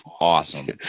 Awesome